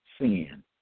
sin